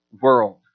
world